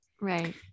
Right